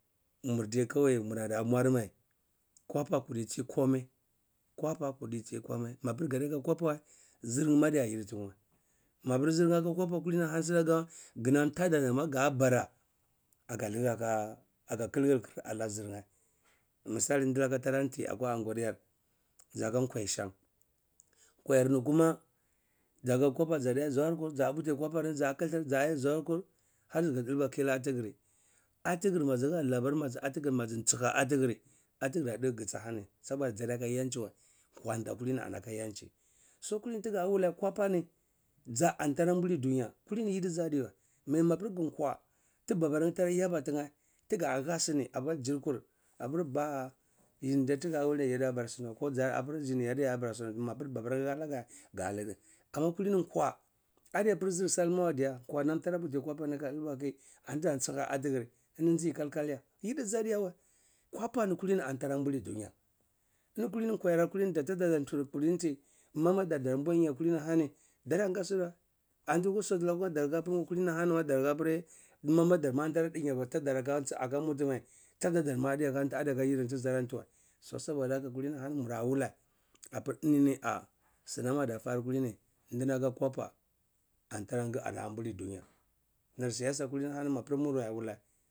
Murde kwai murada mwar mai, kwapa kurti tsi komai, kwapa kurti tsi komai mapir gadi aka kwapa wa zirma adita yiditin-weh mapir ziryeh aka kwapa kulini asina kam gnam tadanima gabara aga khili hkir ana ziryeh, misali ndinam taranti akwa anguwar yar zaka kwai shan kwayemi kuma zaka kwapa zadaya zuwarkur za puti kwapa zadaya khtir ha zi dilba khi ana atigir, atigir mazi nah labar agini maji tha digir, atigir ah-tdisi guk ahani saboda zadi aka garchi wa kwanda kulini zanaka yandai so kidini tigawuleh kwapa ni zah an taa buli dunya kulini yidizi adiwa mapir ngi kwa, ti babaryeh tara yaba tiyeh tiga hah sini aka jirkur apir ba ah yindi yad yakwa sini weh mapir babarheh haknar ga galiul amma kulini kwa adi apir zir sal maweh diga kwa nam tara puti kwapa tara dilba khi za tsiha atigir eni kuthu ya? Yidigi adiweh, kwapa ani kutini tara tara bati duaya eni kalini kwa ni nam tara tadadar tar anti mamadar alaiya kalini ahani, daradi ahga su wa anti sotrida apiri kulini hani. Ma dar hapiri mamada za dinya tadar aka ncheh aka mule mar tadadar ma adi aka yidirni tara ati wa soboda haka kulini eni ahani murada wuleh apir enini sinam ada fara kulini ndinam aka kwapa antra anti ahbuli dunya nir sigasa kallini apir mura da wuleh.